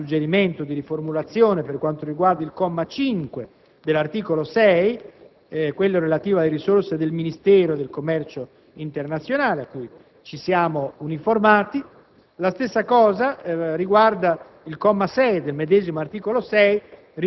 So che la Commissione bilancio ha suggerito una riformulazione per quanto riguarda il comma 5 dell'articolo 6, relativo alle risorse del Ministero del commercio internazionale, a cui ci siamo uniformati.